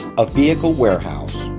a vehicle warehouse,